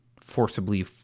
forcibly